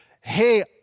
hey